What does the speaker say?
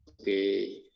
okay